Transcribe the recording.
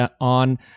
on